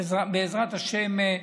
בעזרת השם,